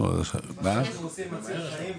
מה שאנחנו עושים זה מציל חיים,